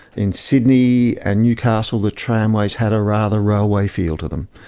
in sydney and newcastle the tramways had a rather railway feel to them.